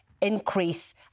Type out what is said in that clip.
increase